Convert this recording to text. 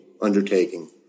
undertaking